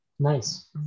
Nice